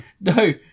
No